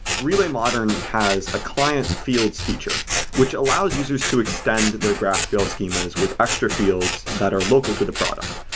relay modern has ah client fields feature which allows users to extend their graphql schemas with extra fields that are local to the product.